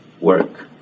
work